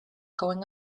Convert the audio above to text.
going